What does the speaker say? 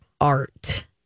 art